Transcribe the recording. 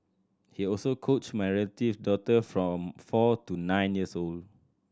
he also coached my relative daughter from four to nine years old